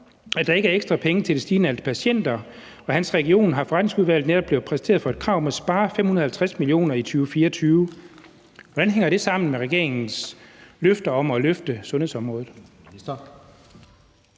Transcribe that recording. at der ikke er ekstra penge til det stigende antal patienter, og i hans region er forretningsudvalget netop blevet præsenteret for et krav om at spare 550 mio. kr. i 2024. Hvordan hænger det sammen med regeringens løfter om at løfte sundhedsområdet?